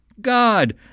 God